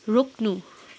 रोक्नु